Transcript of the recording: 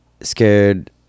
scared